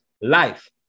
life